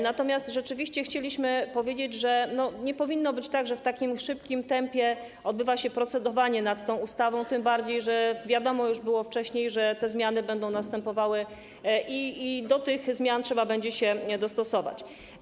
Natomiast rzeczywiście chcieliśmy powiedzieć, że nie powinno być tak, że w takim szybkim tempie odbywa się procedowanie nad tą ustawą, tym bardziej że wiadomo już było wcześniej, że te zmiany będą następowały i do tych zmian trzeba będzie się dostosować.